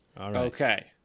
Okay